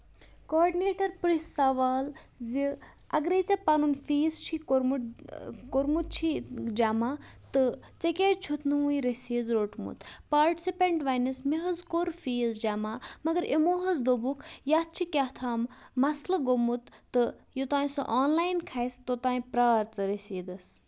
coordinator پرٛژھِ سوال زِ اَگرے ژےٚ پَنُن فیس چھُے کورمُت کورمُت چھی جمع تہٕ ژےٚ کیازِ چھُتھ نہٕ وُنہِ رٔسیٖد روٚٹمُت پارٹِسِپینٹ وَنیس مےٚ حظ کوٚر فیس جمع مَگر یِمو حظ دوٚپُکھ یَتھ چھُ کیاہ تام مَسلہٕ گوٚومُت تہٕ یوتام سُہ آن لاین کھسہِ توتام پرٚیار ژٕ رٔسیٖدس